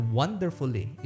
wonderfully